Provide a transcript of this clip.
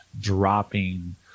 dropping